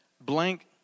blank